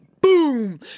Boom